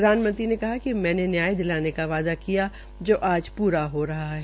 प्रधानमंत्री ने कहा कि मैने न्याय दिलाने का वादा किया था जो आज पूरा हो रहा है